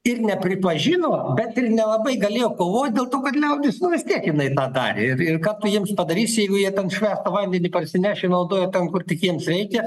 ir nepripažino bet ir nelabai galėjo kovot dėl to kad liaudis nu vis tiek jinai tą darė ir ir ką tu jiems padarysi jeigu jie ten švestą vandenį parsinešę naudoja ten kur tik jiems reikia